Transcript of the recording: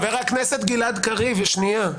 חבר הכנסת גלעד קריב, רגע.